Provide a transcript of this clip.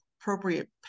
appropriate